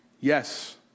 Yes